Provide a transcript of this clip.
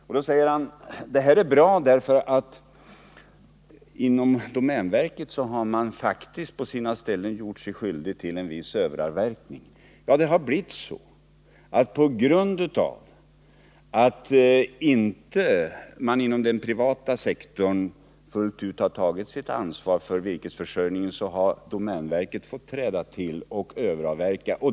Men han tycker det är bra därför att domänverket på en del ställen gjort sig skyldig till viss överavverkning. Ja, det har blivit så att domänverket på grund av att man inom den privata sektorn inte fullt ut har tagit sitt ansvar för virkesförsörjningen har fått träda till och överavverka.